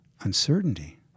uncertainty